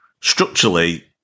structurally